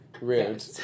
Rude